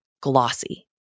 Glossy